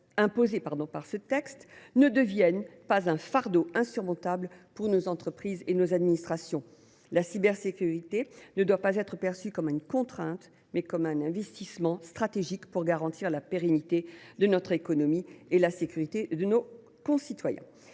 imposées par ce texte ne deviennent pas un fardeau insurmontable pour nos entreprises et nos administrations. La cybersécurité doit être perçue non pas comme une contrainte, mais comme un investissement stratégique pour garantir la pérennité de notre économie et la sécurité de nos concitoyens.